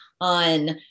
on